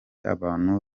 abantu